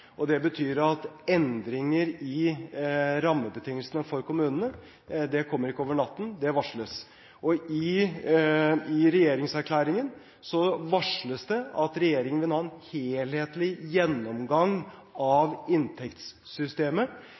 kommunene. Det betyr at endringer i rammebetingelsene for kommunene kommer ikke over natten, det varsles, og i regjeringserklæringen varsles det at regjeringen vil ha en helhetlig gjennomgang av inntektssystemet.